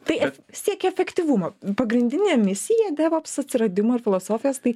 tai siekia efektyvumo pagrindinė misija devops atsiradimo ir filosofijos tai